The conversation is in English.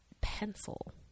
Pencil